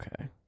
Okay